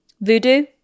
Voodoo